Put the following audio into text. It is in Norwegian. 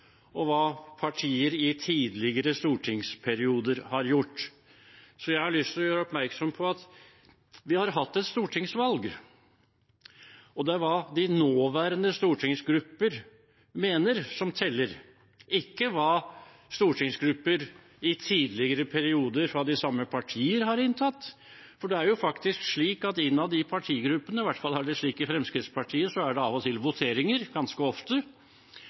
gjøre oppmerksom på at vi har hatt et stortingsvalg. Det er hva de nåværende stortingsgrupper mener, som teller, ikke hva stortingsgrupper i tidligere perioder fra de samme partier har ment. For det er faktisk slik at innad i partigruppene, i hvert fall er det slik i Fremskrittspartiet, er det av og til, ja ganske ofte,